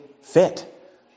fit